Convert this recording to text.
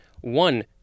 One